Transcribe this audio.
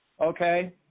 okay